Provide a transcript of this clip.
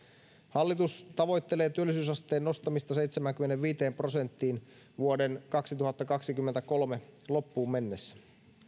hallitus tavoittelee työllisyysasteen nostamista seitsemäänkymmeneenviiteen prosenttiin vuoden kaksituhattakaksikymmentäkolme loppuun mennessä